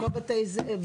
זיקוק נפט זה בזיקוק.